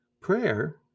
Prayer